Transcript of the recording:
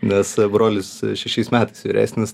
nes brolis šešiais metais vyresnis